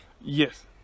Yes